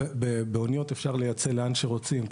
באוניות אפשר לייצא לאן שרוצים.